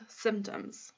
symptoms